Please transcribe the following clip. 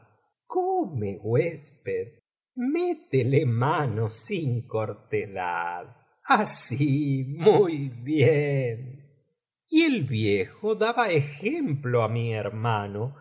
come huésped métele mano sin cortedad así muy bien y el viejo daba ejemplo á mi hermano